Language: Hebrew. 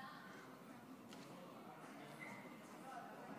ההצבעה: 41 חברי כנסת בעד,